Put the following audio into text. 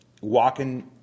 walking